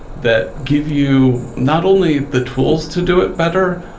that give you not only the tools to do it better,